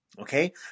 Okay